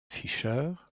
fisher